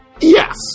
Yes